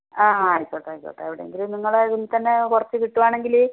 ആ ആ ആയിക്കോട്ടെ ആയിക്കോട്ടെ എവിടെ എങ്കിലും നിങ്ങളുടെ ഇതിൽ തന്നെ കുറച്ച് കിട്ടുവാണെങ്കില്